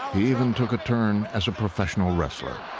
even took a turn as a professional wrestler.